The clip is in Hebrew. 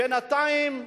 בינתיים,